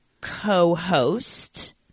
co-host